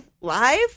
Live